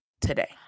today